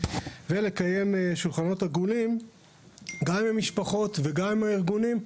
וקיום שולחנות עגולים עם המשפחות ועם הארגונים.